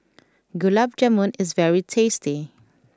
Gulab Jamun is very tasty